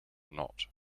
not